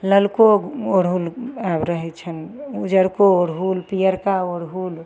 ललको अड़हुल आब रहै छनि उजरको अड़हुल पिअरका अड़हुल